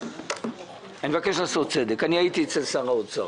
אני הייתי אצל שר האוצר.